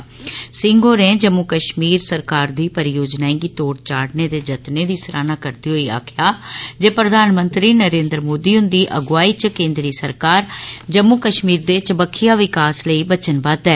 श्री सिंह होरें जम्मू कश्मीर सरकारै दी परियोजनाएं गी तोड़ चाड़ने दे जर्त्ने दी सराहना करदे होई आक्खेआ जे प्रधानमंत्री नरेन्द्र मोदी हुन्दी अगुआई च केन्द्री सरकार जम्मू कश्मीर दे चबक्खियां विकास लेई बचनबद्द ऐ